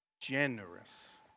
generous